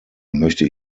möchte